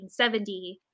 1970